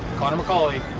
connor mccauley,